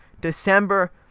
December